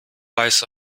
weiß